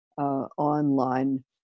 online